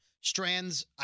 Strand's